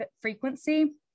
frequency